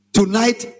tonight